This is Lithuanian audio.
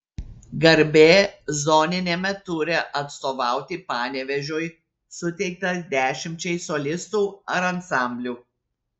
garbė zoniniame ture atstovauti panevėžiui suteikta dešimčiai solistų ar ansamblių